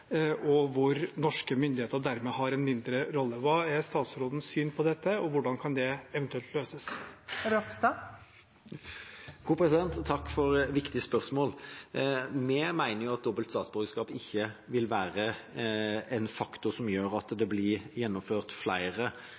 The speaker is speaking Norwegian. og hvor norske myndigheter dermed har en mindre rolle. Hva er statsrådens syn på dette, og hvordan kan det eventuelt løses? Takk for viktige spørsmål. Vi mener at dobbelt statsborgerskap ikke vil være en faktor som gjør at flere barn blir